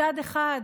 מצד אחד,